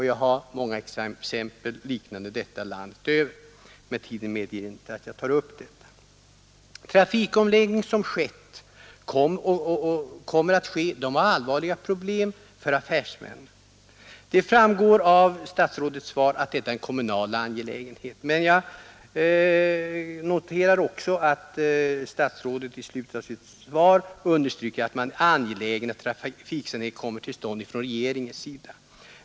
Jag har många exempel liknande detta från landet i övrigt, men tiden medger inte att jag tar upp dem. Trafikomläggningar som skett och kommer att ske är ett allvarligt problem för affärsmännen. Av statsrådets svar framgår att trafikomläggningar är en kommunal angelägenhet. Men jag noterar också att statsrådet i slutet av sitt svar understryker att man från regeringens sida är angelägen att trafiksanering kommer till stånd.